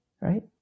Right